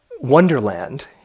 wonderland